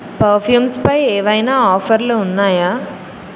పర్ఫ్యూమ్స్పై ఏవైనా ఆఫర్లు ఉన్నాయా